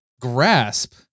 grasp